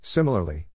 Similarly